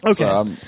Okay